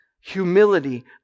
humility